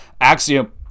Axiom